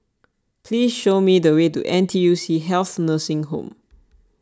please show me the way to N T U C Health Nursing Home